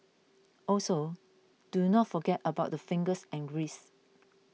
also do not forget about the fingers and wrists